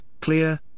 clear